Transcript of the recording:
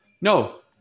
no